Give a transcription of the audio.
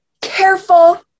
careful